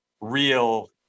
real